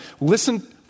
listen